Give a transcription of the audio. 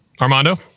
Armando